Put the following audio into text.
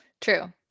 True